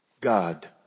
God